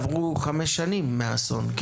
עברו חמש שנים מאז האסון.